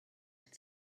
had